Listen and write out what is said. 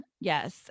yes